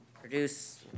produce